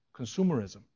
Consumerism